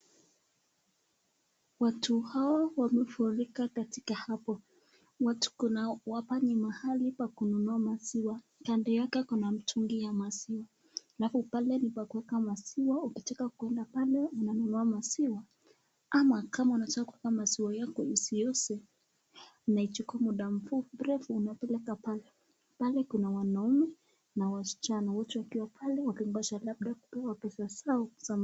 Watu hao wamefurika katika hapo, watu kunao hapa ni pahali pa kununua maziwa, kando yake kuna mtungi ya maziwa, alafu pale ni kwa kuweka maziwa ,hukitaka kwenda pale unanunua maziwa ama kama unataka kuweka maziwa yako isioze na ichukue mrefu unapeleka pale, pale kuna wanauma na wasichana wote wakiwa pale wakingoja labda kupewa pesa zao za